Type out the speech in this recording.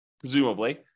presumably